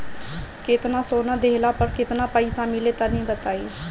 केतना सोना देहला पर केतना पईसा मिली तनि बताई?